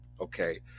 okay